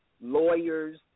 lawyers